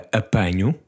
apanho